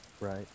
Right